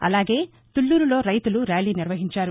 అలాగే తుళ్లూరులో రైతులు ర్యాలీ నిర్వహించారు